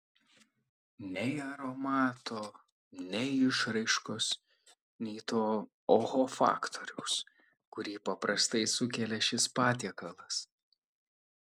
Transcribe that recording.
nei aromato nei išraiškos nei to oho faktoriaus kurį paprastai sukelia šis patiekalas